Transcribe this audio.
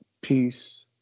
Peace